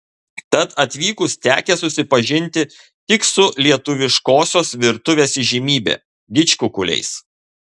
tad atvykus tekę susipažinti tik su lietuviškosios virtuvės įžymybe didžkukuliais